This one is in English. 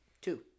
Two